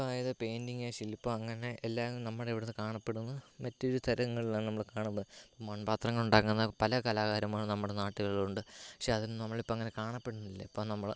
ഇപ്പോൾ അതായത് പെയിൻറ്റിങ് ശിൽപം അങ്ങനെ എല്ലാം നമ്മുടെ ഇവിടെ കാണപ്പെടുന്ന മറ്റൊരു തരങ്ങളിലാണ് നമ്മൾ കാണുന്നത് മൺപാത്രങ്ങൾ ഉണ്ടാക്കുന്ന പല കലാകാരന്മാരും നമ്മുടെ നാട്ടുകളിലുണ്ട് പക്ഷേ അതൊന്നും നമ്മളിപ്പോൾ അങ്ങനെ കാണപ്പെടുന്നില്ല ഇപ്പോൾ നമ്മൾ